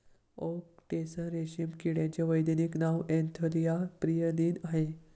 okay tasar रेशीम किड्याचे वैज्ञानिक नाव अँथेरिया प्रियलीन आहे